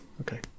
Okay